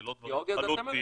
זה לא חלוט כי